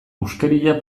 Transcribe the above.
huskeria